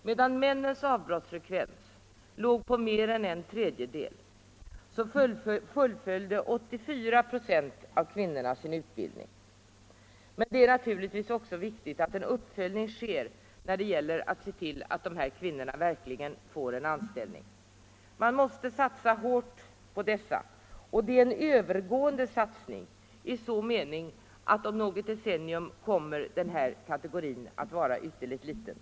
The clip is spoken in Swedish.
Medan männens avbrottsfrekvens låg på mer än en tredjedel, fullföljde 84 96 av kvinnorna sin utbildning. Men det är naturligtvis också viktigt att en uppföljning sker vad gäller att se till att dessa kvinnor verkligen får en anställning. Man måste satsa hårt på dessa människor, och det är en övergående satsning i den meningen att om något decennium kommer den här kategorin att vara ytterligt liten.